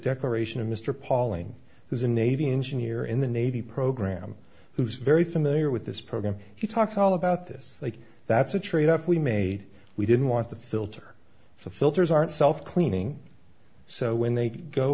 declaration of mr pauling who's a navy engineer in the navy program who's very familiar with this program he talks all about this that's a trade off we made we didn't want the filter so filters aren't self cleaning so when they go